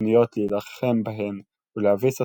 תוכניות להילחם בהן ולהביס אותן,